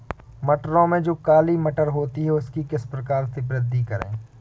मटरों में जो काली मटर होती है उसकी किस प्रकार से वृद्धि करें?